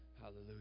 hallelujah